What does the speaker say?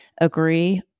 agree